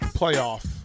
playoff